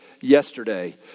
Yesterday